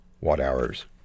watt-hours